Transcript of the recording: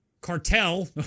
Cartel